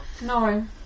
No